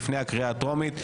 לפני הקריאה הטרומית.